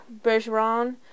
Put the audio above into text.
Bergeron